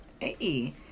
Hey